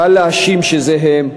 קל להאשים שזה הם.